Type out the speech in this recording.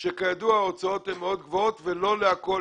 שכידוע ההוצאות הן מאוד גבוהות, ולא להכל.